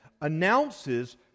announces